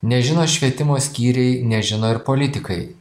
nežino švietimo skyriai nežino ir politikai